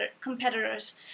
competitors